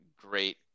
great